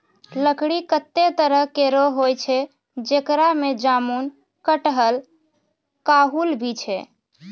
लकड़ी कत्ते तरह केरो होय छै, जेकरा में जामुन, कटहल, काहुल भी छै